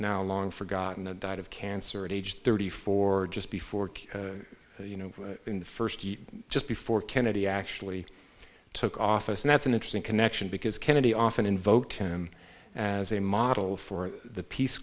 now long forgotten that died of cancer at age thirty four just before you know in the first year just before kennedy actually took office and that's an interesting connection because kennedy often invoked him as a model for the peace